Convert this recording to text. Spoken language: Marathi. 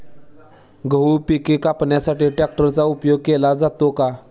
गहू पिके कापण्यासाठी ट्रॅक्टरचा उपयोग केला जातो का?